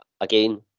again